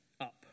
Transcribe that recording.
up